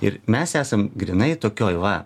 ir mes esam grynai tokioj va